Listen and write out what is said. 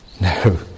No